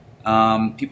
People